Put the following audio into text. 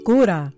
Cura